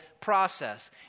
process